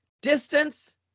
distance